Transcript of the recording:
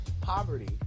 poverty